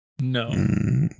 No